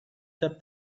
kept